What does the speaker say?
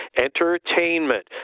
entertainment